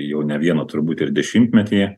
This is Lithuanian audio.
jau ne vieną turbūt ir dešimtmetį